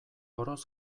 oroz